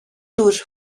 durch